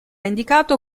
indicato